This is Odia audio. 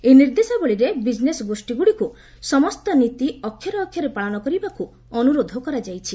ଏହି ନିର୍ଦ୍ଦେଶାବଳୀରେ ବିଜିନେସ୍ ଗୋଷୀଗୁଡିକୁ ସମସ୍ତ ନୀତି ଅକ୍ଷରେ ପାଳନ କରିବାକୁ ଅନୁରୋଧ କରାଯାଇଛି